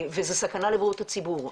וזה סכנה לבריאות הציבור.